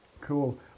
cool